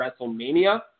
Wrestlemania